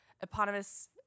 eponymous